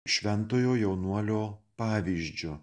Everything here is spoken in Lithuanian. šventojo jaunuolio pavyzdžiu